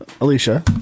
Alicia